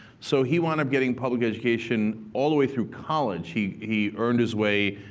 so he wound up getting public education all the way through college. he he earned his way,